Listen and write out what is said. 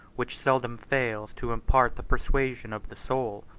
which seldom fails to impart the persuasion of the soul.